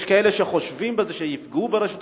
יש כאלה שחושבים שבזה שיפגעו ברשות השידור,